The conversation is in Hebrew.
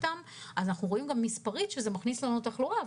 אנחנו רואים מספרים שמכניסים לנו תחלואה.